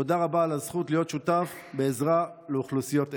תודה רבה על הזכות להיות שותף בעזרה לאוכלוסיות אלו.